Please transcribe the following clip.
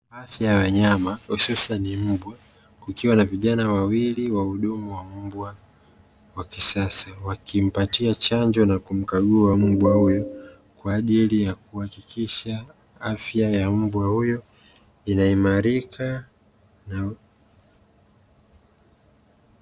Afya ya wanyama hususani mbwa, kukiwa na vijana wawili wahudumu wa mbwa wa kisasa, wakimpatia chanjo na kumkagua mbwa huyo kwa ajili ya kuhakikisha afya ya mbwa huyo inaimarika.